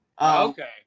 Okay